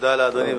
תודה לאדוני.